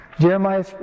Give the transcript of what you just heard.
Jeremiah